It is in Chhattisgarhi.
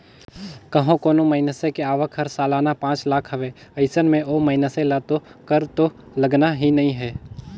कंहो कोनो मइनसे के आवक हर सलाना पांच लाख हवे अइसन में ओ मइनसे ल तो कर तो लगना ही नइ हे